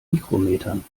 mikrometern